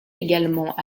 également